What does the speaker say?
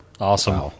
Awesome